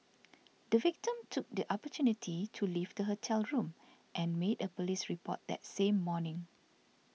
the victim took the opportunity to leave the hotel room and made a police report that same morning